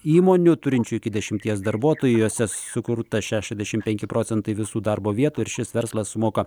įmonių turinčių iki dešimties darbuotojų jose sukurta šešiasdešim penki procentai visų darbo vietų ir šis verslas sumoka